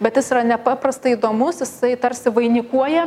bet jis yra nepaprastai įdomus jisai tarsi vainikuoja